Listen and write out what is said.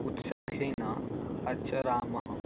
उत्साहेन आचरामः